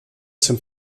zum